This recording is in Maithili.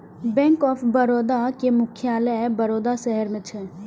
बैंक ऑफ बड़ोदा के मुख्यालय वडोदरा शहर मे छै